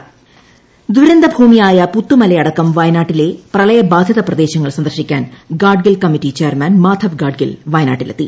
Wayanad intro ദുരന്ത ഭൂമിയായ പുത്തുമലയടക്കം വയനാട്ടിലെ പ്രളയ ബാധിത പ്രദേശങ്ങൾ സന്ദർശിക്കാൻ ഗാഡ്ഗിൽ കമ്മിറ്റി ചെയർമാൻ മാധവ് ഗാഡ്ഗിൽ വയനാട്ടിലെത്തി